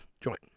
joint